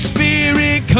Spirit